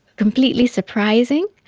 completely surprising.